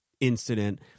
incident